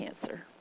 cancer